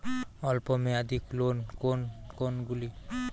অল্প মেয়াদি লোন কোন কোনগুলি?